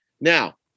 Now